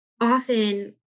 often